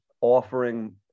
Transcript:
offering